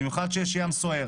במיוחד כשיש ים סוער,